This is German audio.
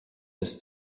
ist